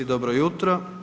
Dobro jutro.